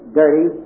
dirty